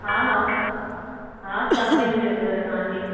हा हा हा सभु मिली वेंदव तव्हांखे